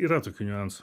yra tokių niuansų